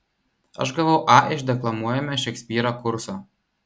aš gavau a iš deklamuojame šekspyrą kurso